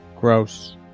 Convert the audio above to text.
Gross